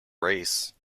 race